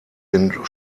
den